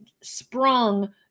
Sprung